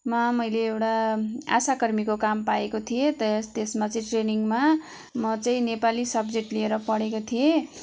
मा मैले एउटा आशा कर्मीको काम पाएको थिएँ त्य त्यसमा चाहिँ ट्रेनिङ्गमा म चाहिँ नेपाली सब्जेक्ट लिएर पढेको थिएँ